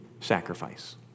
sacrifice